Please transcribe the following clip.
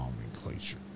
nomenclature